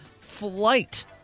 flight